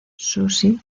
susie